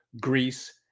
Greece